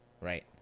Right